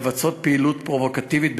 המבצעות פעילות פרובוקטיבית בהר-הבית,